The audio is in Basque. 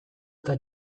eta